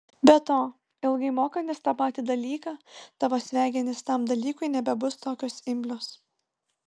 be to ilgai mokantis tą patį dalyką tavo smegenys tam dalykui nebebus tokios imlios